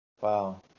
Wow